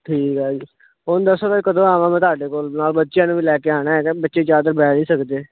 ਠੀਕ ਹੈ ਹੁਣ ਦੱਸੋ ਫਿਰ ਕਦੋਂ ਆਵਾਂ ਮੈਂ ਤੁਹਾਡੇ ਕੋਲ ਨਾਲ ਬੱਚਿਆਂ ਨੂੰ ਵੀ ਲੈ ਕੇ ਆਉਣਾ ਹੈਗਾ ਬੱਚੇ ਜ਼ਿਆਦਾ ਦੇਰ ਬਹਿ ਨਹੀਂ ਸਕਦੇ